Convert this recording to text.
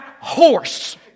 horse